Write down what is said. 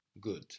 Good